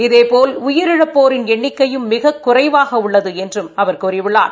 இதேபோல் உயிரிழப்போரின் எண்ணிக்கையும் மிக குறைவாக உள்ளது என்றும் அவர் கூறியுள்ளார்